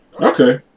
Okay